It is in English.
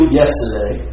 yesterday